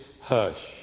hush